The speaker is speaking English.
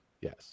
yes